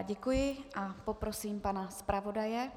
Děkuji a poprosím pana zpravodaje.